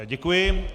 Děkuji.